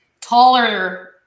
taller